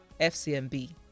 FCMB